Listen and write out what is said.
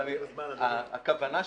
הכוונה שלי,